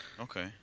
Okay